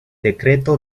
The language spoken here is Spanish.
decreto